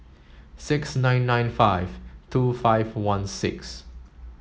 six nine nine five two five one six